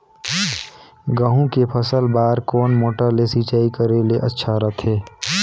गहूं के फसल बार कोन मोटर ले सिंचाई करे ले अच्छा रथे?